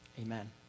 Amen